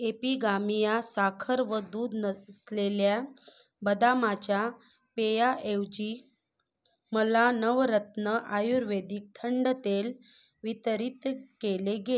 एपिगामिया साखर व दूध नसलेल्या बदामाच्या पेया ऐवजी मला नवरत्न आयुर्वेदिक थंड तेल वितरित केले गेले